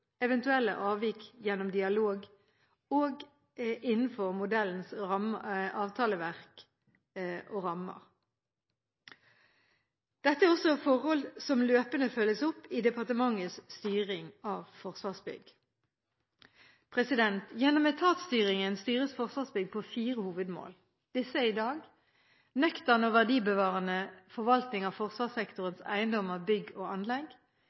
eventuelle avvik gjennom dialog og innenfor modellens og avtaleverkets rammer. Dette er også forhold som løpende følges opp i departementets styring av Forsvarsbygg. Gjennom etatsstyringen styres Forsvarsbygg på fire hovedmål. Disse er i dag: nøktern og verdibevarende forvaltning av forsvarssektorens eiendommer, bygg og anlegg